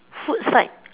food fight